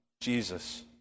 Jesus